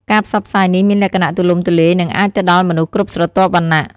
ការផ្សព្វផ្សាយនេះមានលក្ខណៈទូលំទូលាយនិងអាចទៅដល់មនុស្សគ្រប់ស្រទាប់វណ្ណៈ។